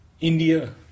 India